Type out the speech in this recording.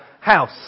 house